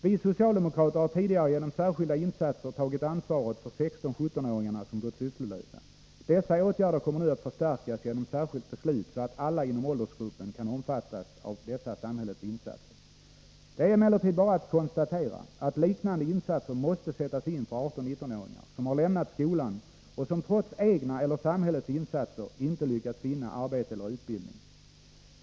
Vi socialdemokrater har tidigare genom särskilda insatser tagit ansvaret för 16—17 åringarna som gått sysslolösa. Dessa åtgärder kommer nu att förstärkas genom särskilt beslut, så att alla inom åldersgruppen kan omfattas av dessa samhällets insatser. Det är emellertid bara att konstatera att liknande insatser måste sättas in för 18-19-åringarna som har lämnat skolan och som trots egna eller samhällets insatser inte lyckats finna arbete eller utbildning.